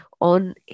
on